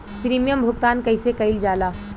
Premium भुगतान कइसे कइल जाला?